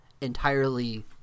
entirely